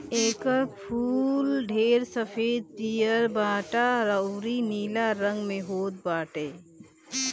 एकर फूल ढेर सफ़ेद, पियर, भंटा अउरी नीला रंग में होत बाटे